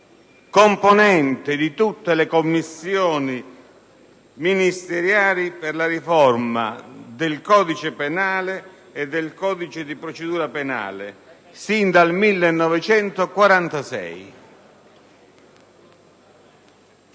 Componente di tutte le commissioni ministeriali per la riforma del codice penale e del codice di procedura penale sin dal 1946.